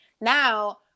Now